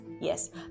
yes